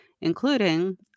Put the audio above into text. including